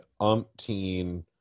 umpteen